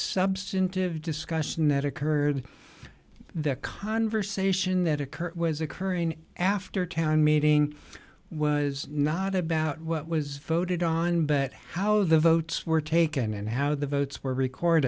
substantive discussion that occurred the conversation that occurred was occurring after town meeting was not about what was voted on but how the votes were taken and how the votes were record